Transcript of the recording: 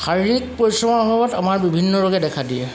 শাৰীৰিক পৰিশ্ৰমৰ অভাৱত আমাৰ বিভিন্ন ৰোগে দেখা দিয়ে